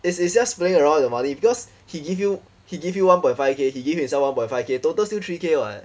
it's it's just playing around with they money because he give you he give you one point five K he give himself one point five K total still three K what